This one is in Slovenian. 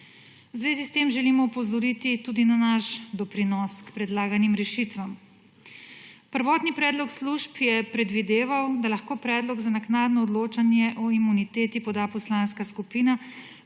zvezi s tem želimo opozoriti tudi na naš doprinos k predlaganim rešitvam. Prvotni predlog služb je predvideval, da lahko predlog za naknadno odločanje o imuniteti poda poslanska skupina,